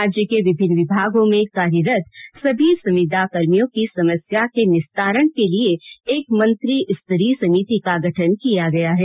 राज्य के विभिन्न विभागों में कार्यरत सभी संविदा कर्मियों की समस्या के निस्तारण के लिये एक मंत्री स्तरीय समिति का गठन किया गया है